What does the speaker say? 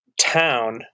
town